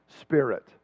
Spirit